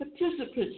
participants